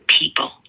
people